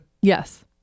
Yes